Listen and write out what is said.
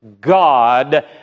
God